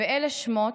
"ואלה שמות"